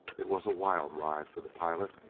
it was a wild ride for the pilot.